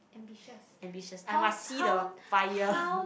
ambitious how how how